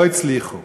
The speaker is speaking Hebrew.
לא הצליחו.